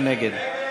מי נגד?